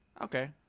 Okay